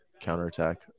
counterattack